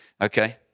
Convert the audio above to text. Okay